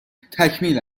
تکمیل